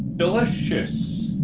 delicious